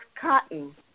cotton